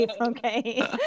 okay